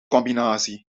combinatie